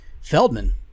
Feldman